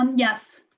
um yes.